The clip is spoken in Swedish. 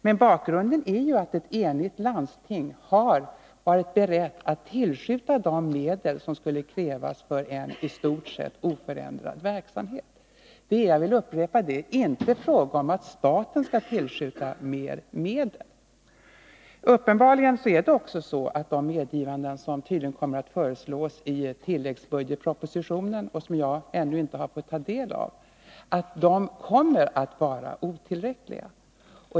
Men bakgrunden är ju att ett enigt landsting har varit berett att tillskjuta de medel som skulle krävas för en i stort sett oförändrad verksamhet. Det är — jag vill upprepa det — inte fråga om att staten skall tillskjuta mer medel. Uppenbarligen är det också så att de medgivanden som tydligen kommer att föreslås i kompletteringspropositionen och som jag ännu inte har fått del av kommer att vara otillräckliga.